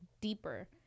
deeper